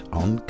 on